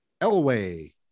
Elway